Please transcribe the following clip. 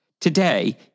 Today